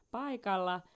paikalla